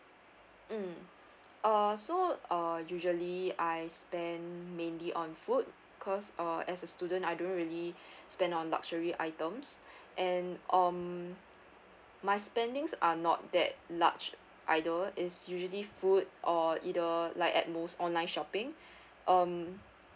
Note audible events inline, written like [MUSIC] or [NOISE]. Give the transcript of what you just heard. mm uh so uh usually I spend mainly on food because uh as a student I don't really [BREATH] spend on luxury items [BREATH] and um my spendings are not that large either it's usually food or either like at most online shopping [BREATH] um